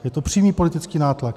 Je to přímý politický nátlak.